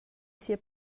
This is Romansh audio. sia